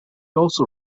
also